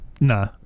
Nah